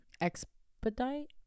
expedite